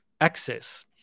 access